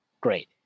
great